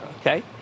okay